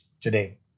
today